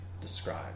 describe